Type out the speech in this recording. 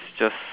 it's just